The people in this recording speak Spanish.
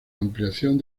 ampliación